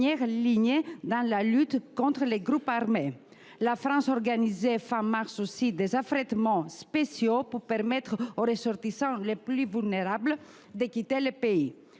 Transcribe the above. ligne dans la lutte contre les groupes armés. La France a organisé à la fin du mois de mars dernier des affrètements spéciaux pour permettre aux ressortissants les plus vulnérables de quitter le pays.